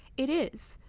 it is,